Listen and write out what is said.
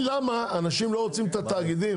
תבין למה אנשים לא רוצים את התאגידים,